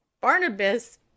Barnabas